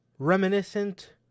Reminiscent